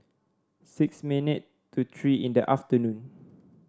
six minute to three in the afternoon